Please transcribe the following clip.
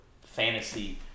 fantasy